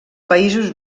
països